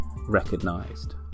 recognised